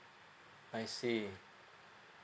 I see